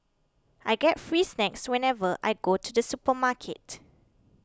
I get free snacks whenever I go to the supermarket